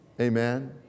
Amen